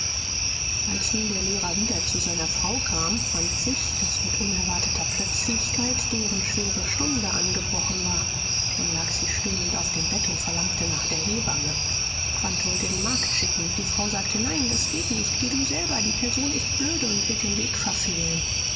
als nun der lehrer wieder zu seiner frau kam fand sich daß mit unerwarteter plötzlichkeit deren schwere stunde angebrochen war schon lag sie stöhnend auf dem bett und verlangte nach der hebamme quandt wollte die magd schicken die frau sagte nein das geht nicht geh du selber die person ist blöde und wird den weg verfehlen